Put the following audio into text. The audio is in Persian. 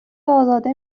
ازاده